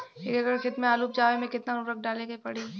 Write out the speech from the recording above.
एक एकड़ खेत मे आलू उपजावे मे केतना उर्वरक डाले के पड़ी?